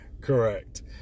Correct